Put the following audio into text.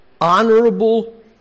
honorable